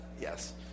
Yes